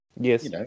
yes